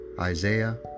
Isaiah